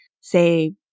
say